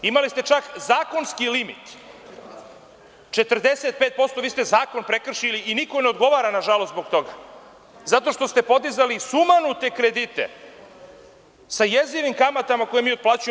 Imali ste čak zakonski limit 45%, vi ste zakon prekršili i niko ne odgovara nažalost zbog toga zato što ste podizali sumanute kredite sa jezivim kamatama koje mi otplaćujemo.